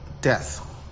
death